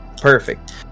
Perfect